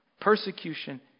persecution